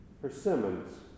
persimmons